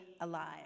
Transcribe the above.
alive